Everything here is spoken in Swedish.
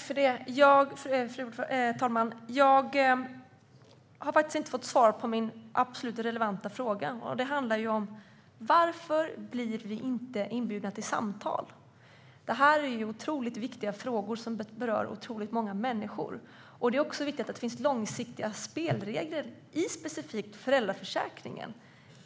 Fru talman! Jag har faktiskt inte fått svar på min absolut relevanta fråga om varför vi inte blir inbjudna till samtal. Detta är ju otroligt viktiga frågor som berör väldigt många. Det är också viktigt att det finns långsiktiga spelregler specifikt i föräldraförsäkringen.